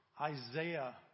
Isaiah